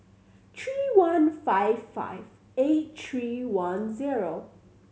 three one five five eight three one zero